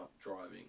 driving